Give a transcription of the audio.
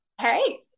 Hey